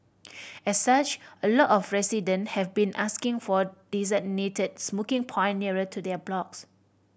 as such a lot of resident have been asking for designated smoking point nearer to their blocks